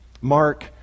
Mark